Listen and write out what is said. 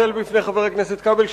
אני מתנצל בפני חבר הכנסת כבל.